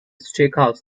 steakhouse